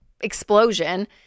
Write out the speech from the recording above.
explosion